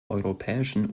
europäischen